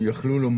יכלו לומר,